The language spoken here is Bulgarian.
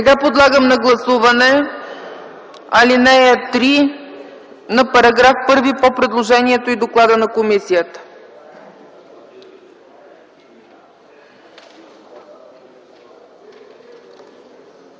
КБ.) Подлагам на гласуване ал. 3 на § 1 по предложението и доклада на комисията.